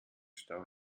stau